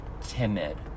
timid